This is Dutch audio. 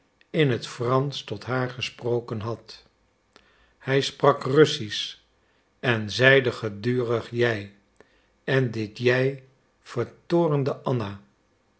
in het fransch tot haar gesproken had hij sprak russisch en zeide gedurig jij en dit jij vertoornde anna